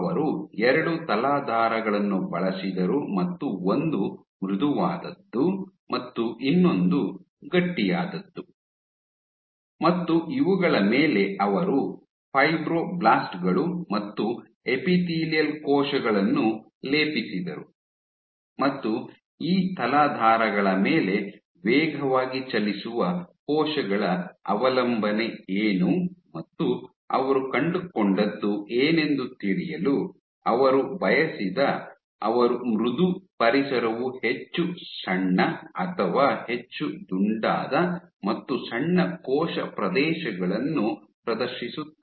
ಅವರು ಎರಡು ತಲಾಧಾರಗಳನ್ನು ಬಳಸಿದರು ಮತ್ತು ಒಂದು ಮೃದುವಾದದ್ದು ಮತ್ತು ಇನ್ನೊಂದು ಗಟ್ಟಿಯಾದದ್ದು ಮತ್ತು ಇವುಗಳ ಮೇಲೆ ಅವರು ಫೈಬ್ರೊಬ್ಲಾಸ್ಟ್ ಗಳು ಮತ್ತು ಎಪಿಥೇಲಿಯಲ್ ಕೋಶಗಳನ್ನು ಲೇಪಿಸಿದರು ಮತ್ತು ಈ ತಲಾಧಾರಗಳ ಮೇಲೆ ವೇಗವಾಗಿ ಚಲಿಸುವ ಕೋಶಗಳ ಅವಲಂಬನೆ ಏನು ಮತ್ತು ಅವರು ಕಂಡುಕೊಂಡದ್ದು ಏನೆಂದು ತಿಳಿಯಲು ಅವರು ಬಯಸಿದ ಅವರು ಮೃದು ಪರಿಸರವು ಹೆಚ್ಚು ಸಣ್ಣ ಅಥವಾ ಹೆಚ್ಚು ದುಂಡಾದ ಮತ್ತು ಸಣ್ಣ ಕೋಶ ಪ್ರದೇಶಗಳನ್ನು ಪ್ರದರ್ಶಿಸುತ್ತದೆ